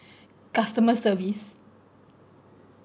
customer service